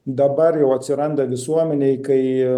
dabar jau atsiranda visuomenėj kai